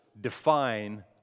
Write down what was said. define